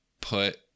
put